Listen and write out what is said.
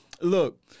Look